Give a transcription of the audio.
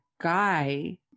guy